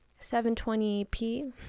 720p